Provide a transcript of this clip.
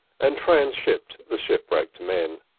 and transshipped the shipwrecked men.